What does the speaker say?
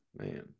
Man